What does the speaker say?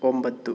ಒಂಬತ್ತು